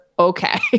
okay